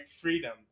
freedom